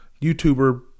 YouTuber